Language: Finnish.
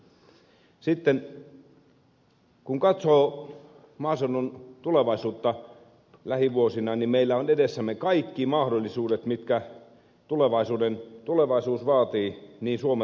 sitten kun katsoo maaseudun tulevaisuutta lähivuosina niin meillä on edessämme kaikki mahdollisuudet mitkä tulevaisuus vaatii niin suomelta kuin maailmalta